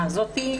הזה.